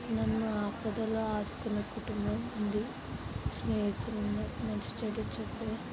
నన్ను ఆపదలో ఆదుకున్న కుటుంబం ఉంది స్నేహితులు నాకు మంచి చెడ్డలు చెప్పే